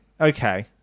Okay